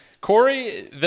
Corey